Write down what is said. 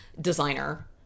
designer